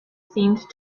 seemed